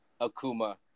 Akuma